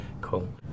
cool